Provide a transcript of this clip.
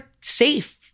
safe